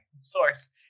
source